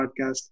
Podcast